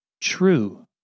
True